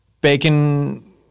bacon